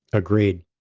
agreed.